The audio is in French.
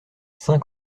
saint